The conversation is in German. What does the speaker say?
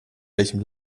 welchem